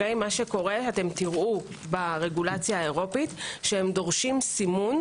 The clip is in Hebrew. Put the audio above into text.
תראו ברגולציה האירופית, שהם דורשים סימון,